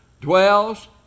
dwells